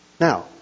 Now